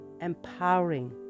empowering